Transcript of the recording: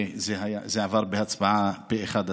וזה עבר בהצבעה פה אחד,